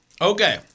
Okay